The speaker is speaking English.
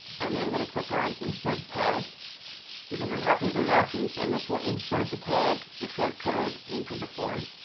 and then i'm going to click on insert tag because i'm happy with those options. and this will insert the tag, the short code, into the form.